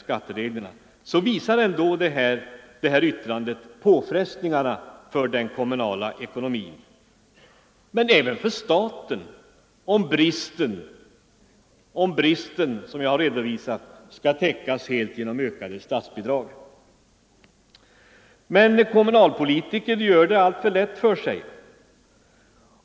Det här yttrandet visar emellertid påfrestningarna på den kommunala ekonomin — men även på staten om den brist Svenska kommunförbundet redovisat skall täckas helt genom ökade statsbidrag. Men kommunalpolitikern gör det alltför lätt för sig!